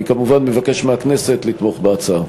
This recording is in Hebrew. אני כמובן מבקש מהכנסת לתמוך בהצעה.